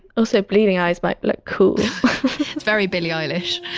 also bleeding eyes might look cool it's very billie eilish